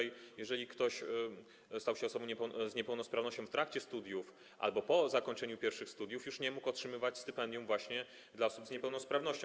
Jeżeli ktoś stał się osobą z niepełnosprawnością w trakcie studiów albo po zakończeniu pierwszych studiów, nie mógł już otrzymywać stypendium właśnie dla osób z niepełnosprawnością.